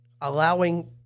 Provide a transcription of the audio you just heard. allowing